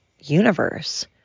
universe